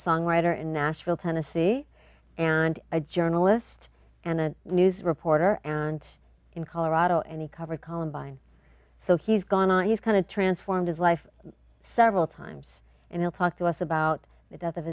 songwriter in nashville tennessee and a journalist and a news reporter and in colorado and he covered columbine so he's gone on these kind of transformed his life several times and will talk to us about the death of